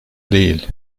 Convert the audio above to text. değil